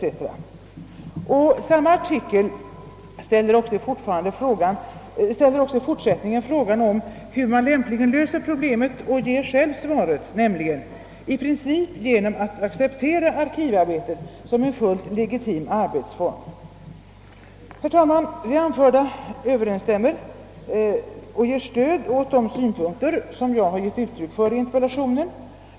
etc.» Samma artikel ställer också i fortsättningen frågan hur man lämpligen löser problemet och ger själv svaret nämligen »i princip genom att acceptera arkivarbetet som en fullt legitim arbetsform». Herr talman! Det anförda överensstämmer med och ger stöd åt de synpunkter som jag har givit uttryck för i interpellationen.